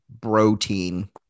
protein